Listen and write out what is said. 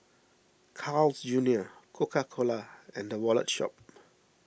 Carl's Junior Coca Cola and the Wallet Shop